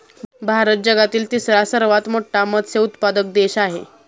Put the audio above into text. भारत जगातील तिसरा सर्वात मोठा मत्स्य उत्पादक देश आहे